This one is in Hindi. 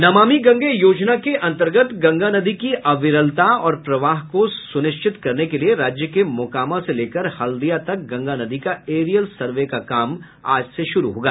नमामि गंगे योजना के अंतर्गत गंगा नदी की अविरलता और प्रवाह को सुनिश्चित करने के लिए राज्य के मोकामा से लेकर हल्दिया तक गंगा नदी का एरियल सर्वे काम आज से शुरू होगा